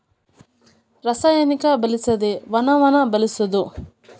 ರಸಾಯನಿಕ ಬಳಸದೆ ವನವನ್ನ ಬೆಳಸುದು